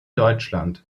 deutschland